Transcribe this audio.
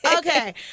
Okay